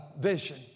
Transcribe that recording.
vision